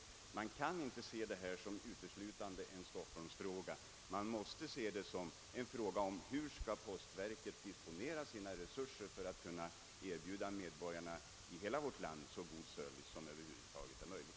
Skall vi kanske inte göra den avvägningen? Man måste se det som en fråga om hur postverket skall disponera sina resurser för att kunna erbjuda medborgarna i hela vårt land så god service som möjligt.